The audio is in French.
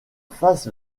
face